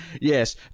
yes